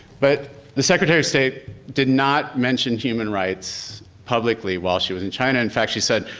but the secretary of state did not mention human rights publicly while she was in china. in fact she said,